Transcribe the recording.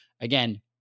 again